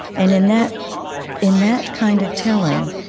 and in that in that kind of telling,